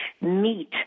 meet